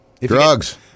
Drugs